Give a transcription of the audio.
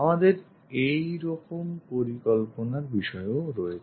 আমাদের এরকম পরিকল্পনার বিষয়ও রয়েছে